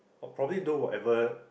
I'll probably do whatever